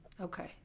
Okay